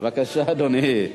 מה יש לי להתכונן?